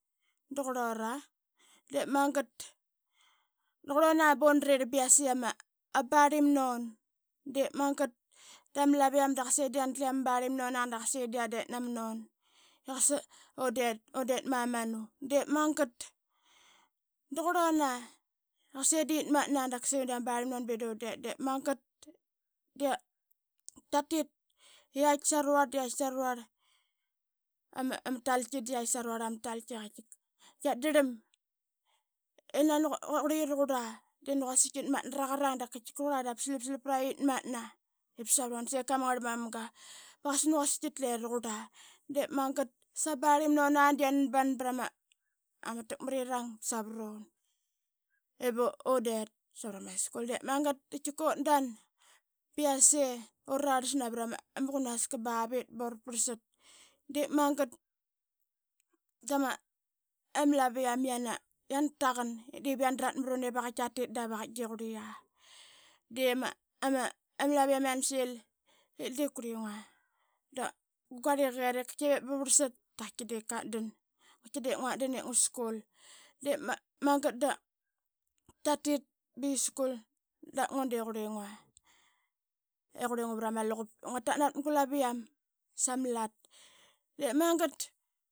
Da qurlura diip magat da qurluna buna rirl biase ama nun. Diip magat dama laviam da qasa yanatle ama barlim nina da qasa ida yandit namnun i qasa undit, undit mama nu. De magat da qurluna i qasi da qitmatna suni ama barlim nun, diip magat da qiatit i qiait saruarda qiait saruarl ama taltki i qiat drlam i nani qurliqi raqurla de nani quasik qiat mat na raqarang dap taqurla dap slap slap praqi i qitmatna ip savrun da sika ma ngrlmamga ba qasa quasik qitle raqurla. De magat da qasa ma barlim nuna se qiana nban prama taqmrirang savrun ivu un dit savrama skul diip magat da qaikika utdan ba yase ura rarlas navra ma qunaska bavit bura prlsat. Diip magat dama laviam yana taqan ip yan dran mran ip aqait tkiatit dava qait de quriqia de ama, ama laviam yan ip diip qurlingua da gu garliqa qatan ip qaitkep brarlsat da qaitki de qatan ngua dan ip ngua skul. De maga da tatit ba qi skul dap ngua de qurlingua i qurlingua vrama luqup ngua tat navat gu laviam samlat de magat.